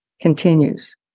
continues